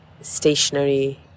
stationary